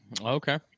Okay